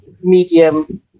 medium